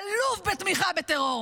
אלוף בתמיכה בטרור.